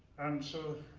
and so